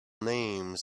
names